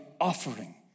offering